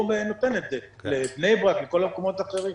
נותן את זה לבני ברק ולכל המקומות האחרים.